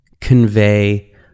convey